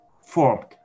formed